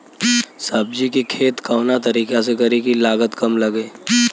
सब्जी के खेती कवना तरीका से करी की लागत काम लगे?